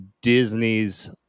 Disney's